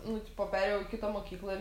nu tipo perėjau į kitą mokyklą ir